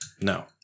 No